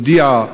הודיעה